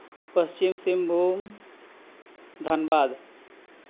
Paschim Singhbhum Dhanbad